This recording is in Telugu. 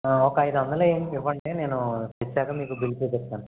ఒక ఐదొందలు వెయ్యండి ఇవ్వండి నేను తెచ్చాక మీకు బిల్లు చూపిస్తాను